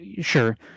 sure